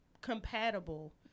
compatible